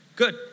Good